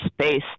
space